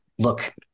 look